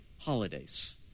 holidays